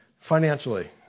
financially